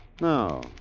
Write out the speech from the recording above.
No